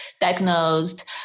diagnosed